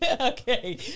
Okay